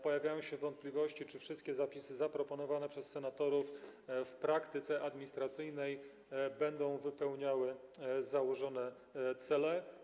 Pojawiają się wątpliwości, czy wszystkie zapisy zaproponowane przez senatorów w praktyce administracyjnej będą spełniały założone cele.